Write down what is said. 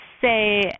say